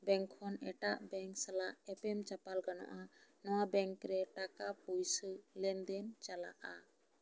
bank ᱠᱷᱚᱱ ᱮᱴᱟᱜ bank ᱥᱟᱞᱟᱜ ᱮᱯᱮᱢ ᱪᱟᱯᱟᱞ ᱜᱟᱱᱚᱜᱼᱟ ᱱᱚᱣᱟ ᱵᱮᱝᱠ ᱨᱮ ᱴᱟᱠᱟ ᱯᱩᱭᱥᱟᱹ ᱞᱮᱱ ᱫᱮᱱ ᱪᱟᱞᱟᱜᱼᱟ